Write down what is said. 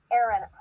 Aaron